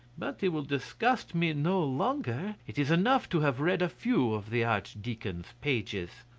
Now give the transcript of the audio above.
but he will disgust me no longer it is enough to have read a few of the archdeacon's pages.